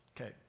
Okay